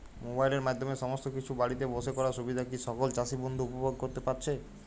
মোবাইলের মাধ্যমে সমস্ত কিছু বাড়িতে বসে করার সুবিধা কি সকল চাষী বন্ধু উপভোগ করতে পারছে?